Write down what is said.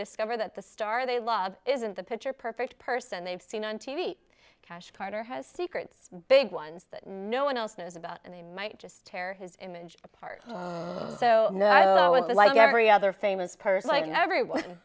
discover that the star they love isn't the picture perfect person they've seen on t v cash carter has secrets big ones that no one else knows about and they might just tear his image apart so it's like every other famous person every one